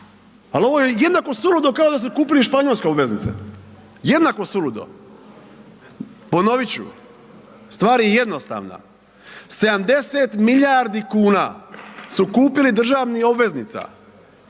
ali ovo je jednako suludo kao da su kupili španjolske obveznice. Jednako suludo. Ponovit ću, stvar je jednostavna 70 milijardi kuna su kupili državnih obveznica,